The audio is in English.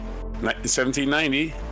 1790